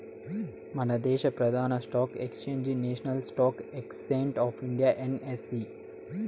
మనదేశ ప్రదాన stock exchange national stock exchange of India NSE